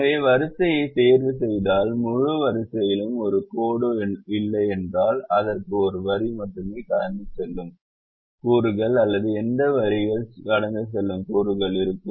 எனவே வரிசையைத் தேர்வுசெய்தால் முழு வரிசையிலும் ஒரு கோடு இல்லை என்றால் அதற்கு ஒரு வரி மட்டுமே கடந்து செல்லும் கூறுகள் அல்லது எந்த வரியும் கடந்து செல்லாத கூறுகள் இருக்கும்